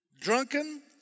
drunken